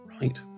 right